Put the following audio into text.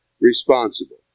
responsible